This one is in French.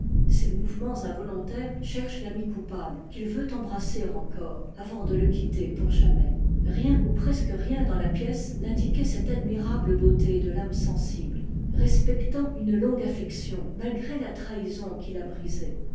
ses mouvements involontaires cherchent l'ami coupable qu'il veut embrasser encore avant de le quitter pour jamais kien ou presque rien dans la pièce n'indiquait cette admirable beauté de l'âme sensible respectant une longue affection malgré la trahison'qui l'a brisée